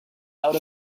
out